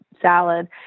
salad